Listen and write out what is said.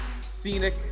scenic